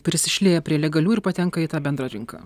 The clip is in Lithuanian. prisišlieja prie legalių ir patenka į tą bendrą rinką